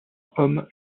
hommes